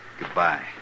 Goodbye